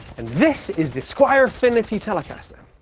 and this is the squier affinity telecaster.